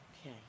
Okay